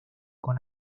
con